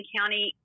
County